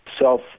self